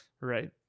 right